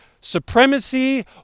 supremacy